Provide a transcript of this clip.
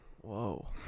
Whoa